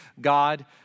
God